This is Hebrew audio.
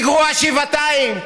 היא גרועה שבעתיים.